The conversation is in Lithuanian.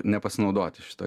nepasinaudoti šita